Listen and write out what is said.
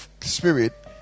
spirit